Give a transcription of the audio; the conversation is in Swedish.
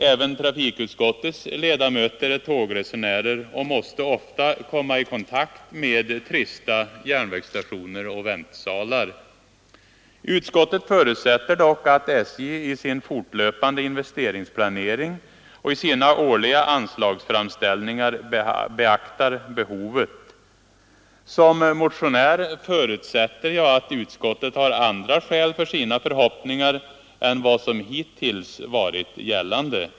Även trafikutskottets ledamöter är tågresenärer och måste ofta komma i kontakt med trista järnvägsstationer och väntsalar. Utskottet förutsätter dock att SJ i sin fortlöpande investeringsplanering och sina årliga anslagsframställningar beaktar behovet. Som motionär förutsätter jag att utskottet har andra skäl för sina förhoppningar än de som hittills varit gällande.